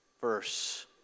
Verse